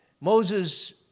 Moses